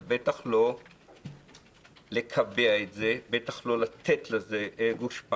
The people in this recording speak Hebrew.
אבל בטח לא לקבע את זה, בטח לא לתת לזה גושפנקה.